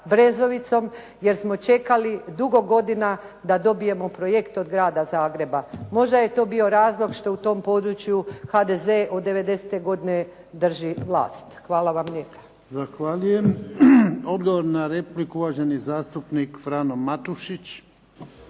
Brezovicom jer smo čekali dugo godina da dobijemo projekt od grada Zagreba. Možda je to bio razlog što u tom području HDZ od 90. godine drži vlast. Hvala vam lijepa.